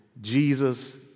Jesus